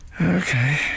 Okay